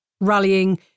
rallying